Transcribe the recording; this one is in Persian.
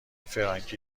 فرانکی